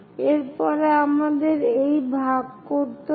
এর পরে আমাদের এই ভাগ করতে হবে